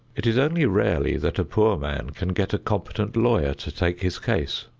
it is only rarely that a poor man can get a competent lawyer to take his case.